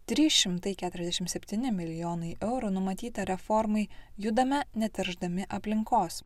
trys šimtai keturiasdešimt septyni milijonai eurų numatyta reformai judame neteršdami aplinkos